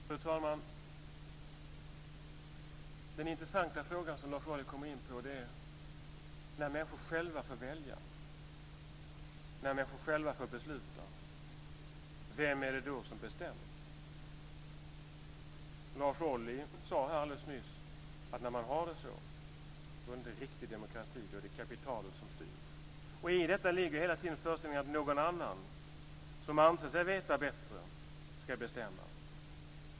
Fru talman! Lars Ohly kommer in på den intressanta frågan om vem som bestämmer när människor själva får välja och besluta. Lars Ohly sade alldeles nyss att när man har det så är det inte riktig demokrati utan kapitalet som styr. I detta ligger hela tiden föreställningen att någon annan som anser sig veta bättre ska bestämma.